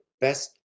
best